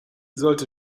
sollte